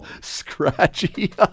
Scratchy